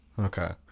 Okay